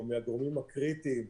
או מהגורמים הקריטיים,